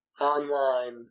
online